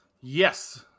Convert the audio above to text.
Yes